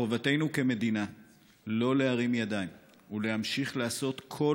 חובתנו כמדינה לא להרים ידיים ולהמשיך לעשות כל